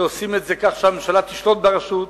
שעושים את זה כך שהממשלה תשלוט ברשות.